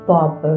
Pop